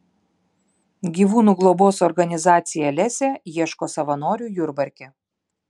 gyvūnų globos organizacija lesė ieško savanorių jurbarke